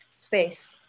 space